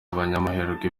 abanyamahirwe